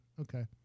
Okay